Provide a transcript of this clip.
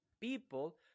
people